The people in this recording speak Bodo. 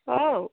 औ